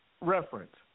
reference